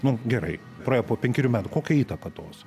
nu gerai praėjo po penkerių metų kokia įtaka tos